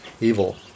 evil